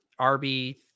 RB